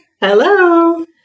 Hello